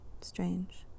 Strange